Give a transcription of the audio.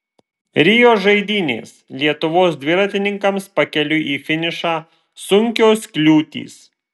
rio žaidynės lietuvos dviratininkams pakeliui į finišą sunkios kliūtys